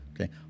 okay